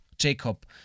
Jacob